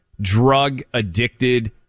drug-addicted